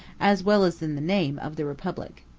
as well as in the name, of the republic.